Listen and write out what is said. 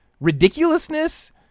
ridiculousness